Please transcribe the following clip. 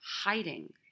hiding